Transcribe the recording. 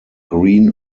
green